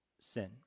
sin